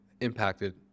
impacted